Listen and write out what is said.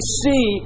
see